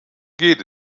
geht